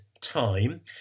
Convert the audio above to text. time